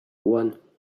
one